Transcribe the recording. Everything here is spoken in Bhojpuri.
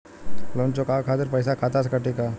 लोन चुकावे खातिर पईसा खाता से कटी का?